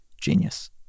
Genius